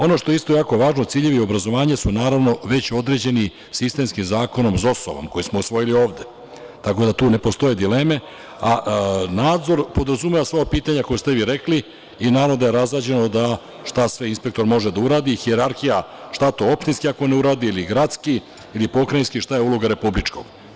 Ono što je isto jako važno, ciljevi obrazovanja su naravno već određeni sistemski zakonom, ZOS-om, koji smo usvojili ovde, tako da tu ne postoje dileme, a nadzor podrazumeva samo pitanja koja ste vi rekli i, naravno, da je razrađeno šta sve inspektor mora da uradi, hijerarhija šta to opštinski ako ne uradi ili gradski ili pokrajinski, šta je uloga republičkog.